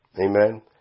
Amen